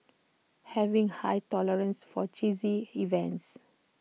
having high tolerance for cheesy events